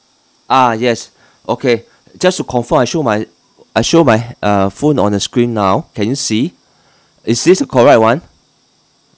ah yes okay just to confirm I show my I show my uh phone on the screen now can you see is this the correct one